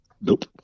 nope